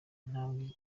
intambwe